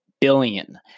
billion